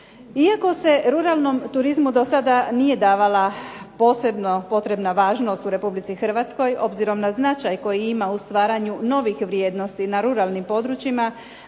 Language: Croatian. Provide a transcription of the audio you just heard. Iako se ruralnom turizmu do sada nije davala posebno potrebna važnost u Republici Hrvatskoj, obzirom na značaj koji ima u stvaranju novih vrijednosti na ruralnim područjima,